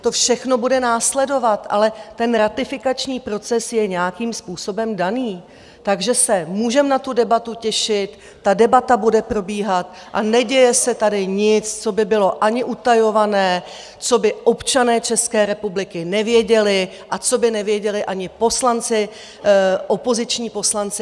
To všechno bude následovat, ale ratifikační proces je nějakým způsobem daný, takže se můžeme na tu debatu těšit, debata bude probíhat a neděje se tady nic, co by bylo ani utajované, co by občané České republiky nevěděli a co by nevěděli ani poslanci, opoziční poslanci.